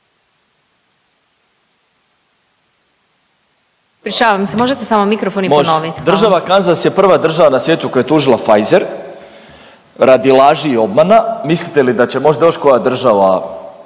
Hvala. **Miletić, Marin (MOST)** Može. Država Kanzas je prva država na svijetu koja je tužila Pfiser radi laži i obmana. Mislite li da će možda još koja država